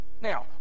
Now